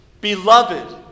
beloved